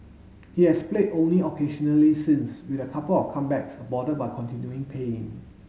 he has played only occasionally since with a couple of comebacks aborted by continuing pain